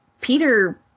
Peter